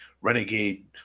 renegade